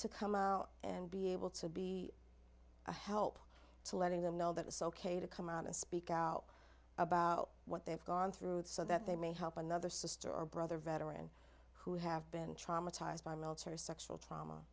to come out and be able to be a help to letting them know that it's ok to come out and speak out about what they've gone through so that they may help another sister or brother veteran who have been traumatized by military sexual trauma